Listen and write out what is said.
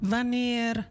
Wanneer